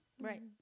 Right